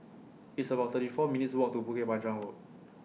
It's about thirty four minutes' Walk to Bukit Panjang Road